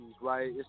right